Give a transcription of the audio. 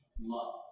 love